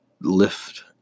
lift